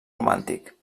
romàntic